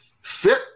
fit